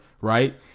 right